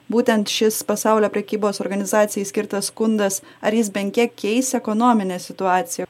būtent šis pasaulio prekybos organizacijai skirtas skundas ar jis bent kiek keis ekonominę situaciją